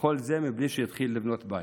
וכל זה מבלי שיתחיל לבנות בית.